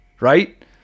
right